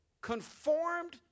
conformed